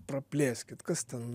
praplėskit kas ten